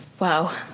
Wow